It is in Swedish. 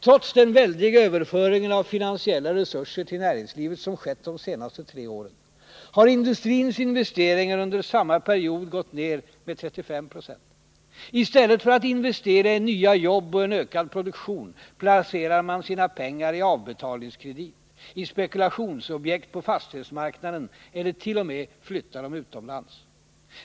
Trots den väldiga överföring av finansiella resurser till näringslivet som skett de senaste tre åren har industrins investeringar under samma period gått ned med 35 Z. I stället för att investera i nya jobb och i en ökning av produktionen placerar man sina pengar i avbetalningskredit, i spekulationsobjekt på fastighetsmarknaden eller flyttar dem t.o.m. utomlands.